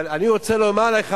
אבל אני רוצה לומר לך,